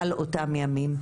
על אותם הימים?